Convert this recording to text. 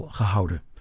gehouden